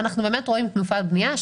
אנחנו באמת רואים תנופת בנייה,